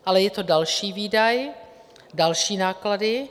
Ale je to další výdaj, další náklady.